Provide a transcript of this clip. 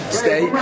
stay